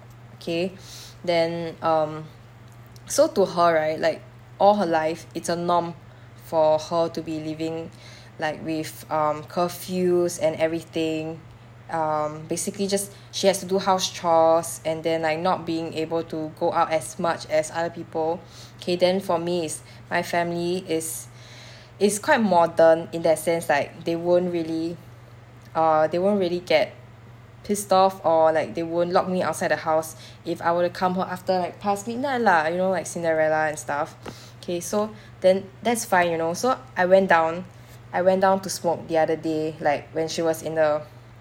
okay then um so to her like all her life it's a norm for her to be living like with um curfews and everything um basically just she has to do house chores and then like not being able to go out as much as other people okay then for me is my family is is quite modern in that sense like they weren't really uh they weren't really get pissed off or like they weren't lock me outside the house if I were to come home after like past midnight lah you know like cinderella and stuff okay so then that's fine you know so I went down I went down to smoke the other day like when she was in the